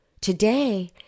Today